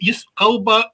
jis kalba